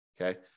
Okay